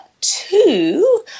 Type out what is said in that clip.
two